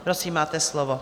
Prosím, máte slovo.